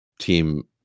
team